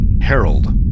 Harold